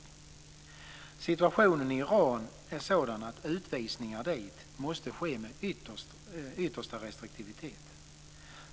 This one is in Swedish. Situationen i Iran är sådan att utvisningar dit måste ske med yttersta restriktivitet.